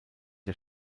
der